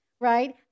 right